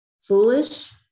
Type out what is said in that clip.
foolish